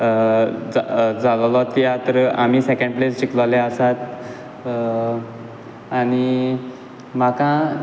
जालोलो तियात्र आमी second place जिखलोले आसात आनी म्हाका